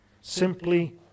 simply